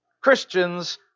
Christians